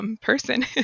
person